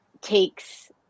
takes